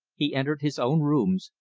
he entered his own rooms,